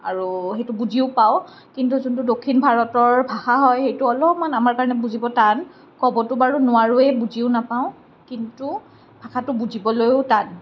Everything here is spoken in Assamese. আৰু সেইটো বুজিও পাওঁ কিন্তু যোনটো দক্ষিণ ভাৰতৰ ভাষা হয় সেইটো অলপমান আমাৰ কাৰণে বুজিব টান ক'বটো বাৰু নোৱাৰোৱে বুজিও নাপাওঁ কিন্তু ভাষাটো বুজিবলৈও টান